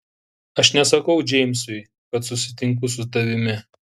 aš nesakau džeimsui kad susitinku su tavimi